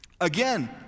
Again